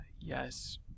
Yes